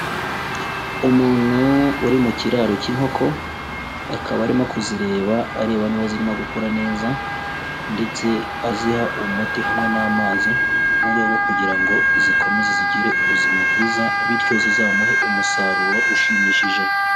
Umuntu uri mu kiraro cy'inkoko, akaba arimo kuzireba areba niba zirimo gukura neza ndetse aziha umuti hamwe n'amazi, mu rwego rwo kugira ngo zikomeze zigire ubuzima bwiza bityo zizamuhe umusaruro ushimishije.